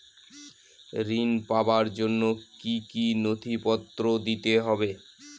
ঋণ পাবার জন্য কি কী নথিপত্র দিতে হবে?